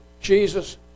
Jesus